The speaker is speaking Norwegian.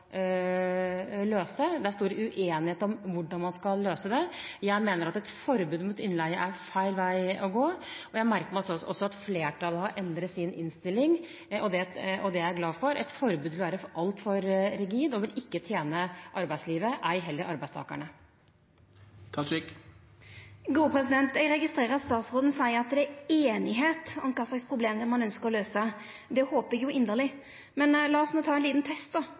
løse, men det er stor uenighet om hvordan man skal løse det. Jeg mener at et forbud mot innleie er feil vei å gå. Jeg merker meg også at flertallet har endret sin innstilling, og det er jeg glad for. Et forbud vil være altfor rigid, og det vil ikke tjene arbeidslivet, ei heller arbeidstakerne. Eg registrerer at statsråden seier at det er einigheit om kva problem ein ønskjer å løysa. Det håper eg inderleg. Men la oss no ta ein liten test: